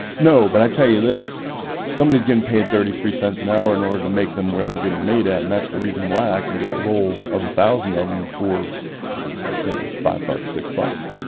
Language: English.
no, but i tell you this somebody's getting paid thirty three cents an hour in order to make them where they're getting made at and that's the reason why i can get a roll of a thousand of them for you know five bucks six bucks.